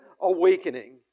awakening